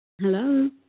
Hello